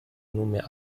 nunmehr